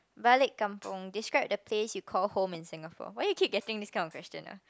Balik Kampung describe the place you call home in Singapore